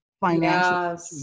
Financial